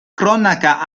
cronaca